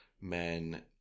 men